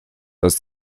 das